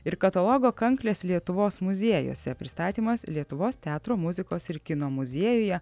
ir katalogo kanklės lietuvos muziejuose pristatymas lietuvos teatro muzikos ir kino muziejuje